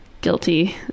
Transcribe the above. guilty